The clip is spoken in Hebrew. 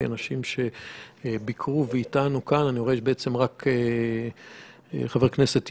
אחד, צריך להתעקש על קיצור זמן